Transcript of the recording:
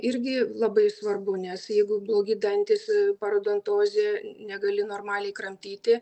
irgi labai svarbu nes jeigu blogi dantys parodontozė negali normaliai kramtyti